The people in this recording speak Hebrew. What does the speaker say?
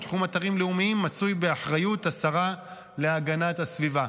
ותחום אתרים לאומיים מצוי באחריות השרה להגנת הסביבה.